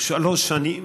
הוא שלוש שנים,